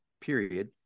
period